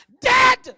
Dead